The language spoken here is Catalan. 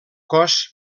cos